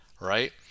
right